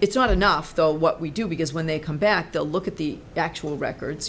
it's not enough though what we do because when they come back to look at the actual records